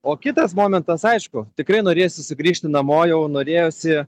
o kitas momentas aišku tikrai norėsiu sugrįžti namo jau norėjosi